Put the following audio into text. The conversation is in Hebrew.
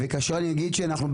וכאשר אני אגיד שאנחנו,